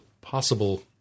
possible